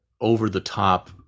over-the-top